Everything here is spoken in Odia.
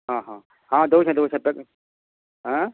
ହଁ ହଁ ହଁ ଦେଉଛେଁ ଦେଉଛେଁ ପେକିଙ୍ଗ୍ ଆଁ